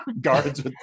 guards